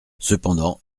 cependant